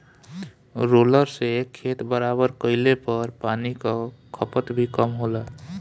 roller से खेत बराबर कइले पर पानी कअ खपत भी कम होला